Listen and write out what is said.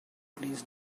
please